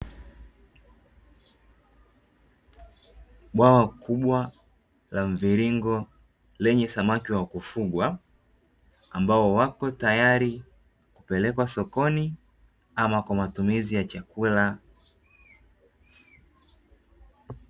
Bwawa kubwa la mviringo lenye samaki wa kufugwa ambao wako tayari kupelekwa sokoni ama kwa matumizi ya chakula.